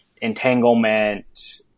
entanglement